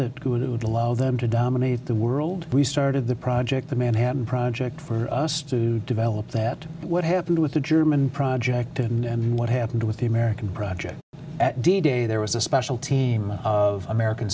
it would allow them to dominate the world we started the project the manhattan project for us to develop that what happened with the german project and what happened with the american project at d day there was a special team of american